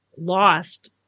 lost